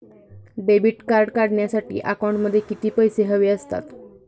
Debit card काढण्यासाठी अकाउंटमध्ये किती पैसे हवे असतात?